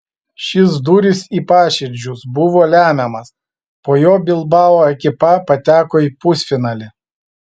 šis dūris į paširdžius buvo lemiamas po jo bilbao ekipa pateko į pusfinalį